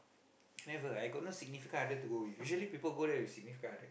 never I got no significant other to go with usually people go there with significant other